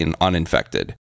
uninfected